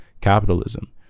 capitalism